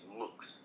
looks